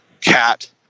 cat